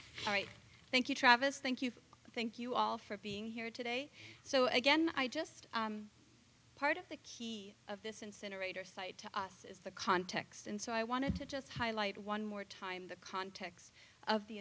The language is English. right thank you travis thank you thank you all for being here today so again i just part of the key of this incinerator site to us is the context and so i wanted to just highlight one more time the context of the